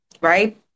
right